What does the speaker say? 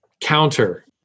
counter